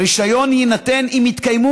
הרישיון יינתן אם יתקיימו